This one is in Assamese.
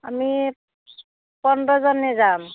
আমি পোন্ধৰজনেই যাম